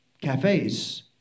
cafes